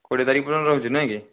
କୋଡିଏ ତାରିଖ ପର୍ଯ୍ୟନ୍ତ ରହୁଛି ନୁହେଁକି